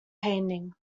painting